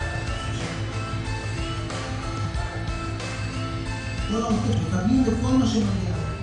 החשש מטילים או דברים מהסוג הזה,